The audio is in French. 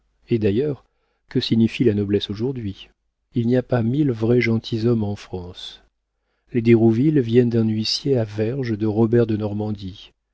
et d'ailleurs que signifie la noblesse aujourd'hui il n'y a pas mille vrais gentilshommes en france les d'hérouville viennent d'un huissier à verge de robert de normandie